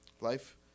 Life